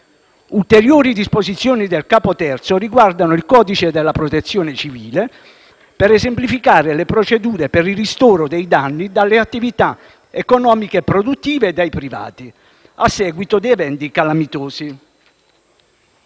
Ulteriori disposizioni del capo III riguardano il codice della Protezione civile per esemplificare le procedure per il ristoro dei danni alle attività economiche e produttive e ai privati a seguito di eventi calamitosi.